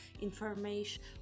information